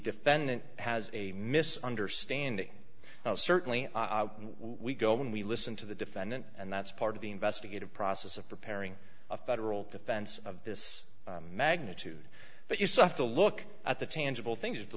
defendant has a mis understanding now certainly we go when we listen to the defendant and that's part of the investigative process of preparing a federal defense of this magnitude but you still have to look at the tangible things to